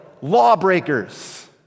Lawbreakers